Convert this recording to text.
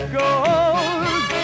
gold